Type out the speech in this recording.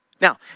Now